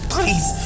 Please